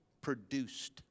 produced